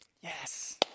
Yes